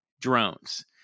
drones